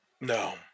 no